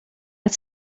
het